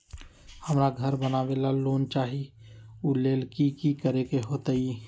हमरा घर बनाबे ला लोन चाहि ओ लेल की की करे के होतई?